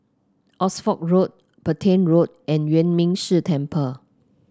Oxford Road Petain Road and Yuan Ming Si Temple